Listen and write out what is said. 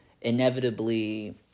inevitably